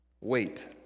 Wait